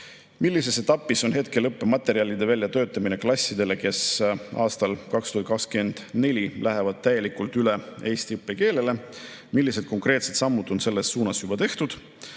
Millises etapis on hetkel õppematerjalide väljatöötamine klassidele, kes lähevad aastal 2024 täielikult üle eesti õppekeelele? Millised konkreetsed sammud on selles suunas juba tehtud?